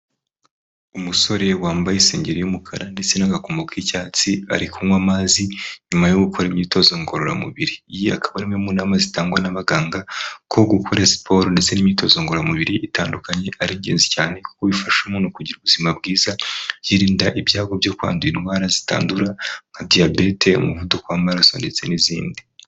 Umusore wambaye isengeri y'umukara ndetse n'agakomo k'icyatsi ari kunywa amazi nyuma yo gukora imyitozo ngororamubiri iyi akaba ari imwe mu ntama zitangwa n'abaganga ko gukora siporo ndetse n'imyitozo ngororamubiri itandukanye ari ingenzi cyane kuko bifashamo no kugira ubuzima bwiza yirinda ibyago byo kwandura indwara zitandura nka diyabete, umuvuduko wamaraso ndetse n'izindi.